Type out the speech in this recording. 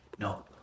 No